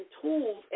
tools